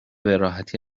براحتی